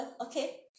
Okay